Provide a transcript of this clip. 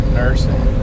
nursing